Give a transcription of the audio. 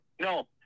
No